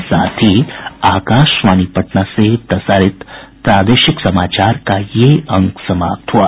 इसके साथ ही आकाशवाणी पटना से प्रसारित प्रादेशिक समाचार का ये अंक समाप्त हुआ